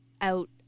out